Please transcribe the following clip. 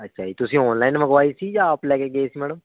ਅੱਛਾ ਜੀ ਤੁਸੀਂ ਔਨਲਾਈਨ ਮੰਗਵਾਈ ਸੀ ਜਾਂ ਆਪ ਲੈ ਕੇ ਗਏ ਸੀ ਮੈਡਮ